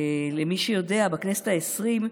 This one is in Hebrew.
למי שיודע, בכנסת העשרים,